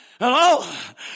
Hello